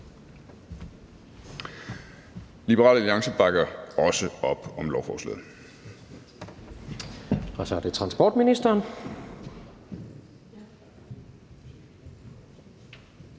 Liberal Alliance bakker også op om lovforslaget.